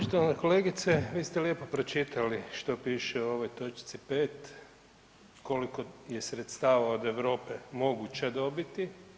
Poštovana kolegice, vi ste lijepo pročitali što piše u ovoj točci 5 koliko je sredstava od Europe moguće dobiti.